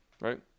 Right